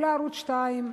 או לערוץ-2,